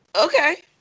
Okay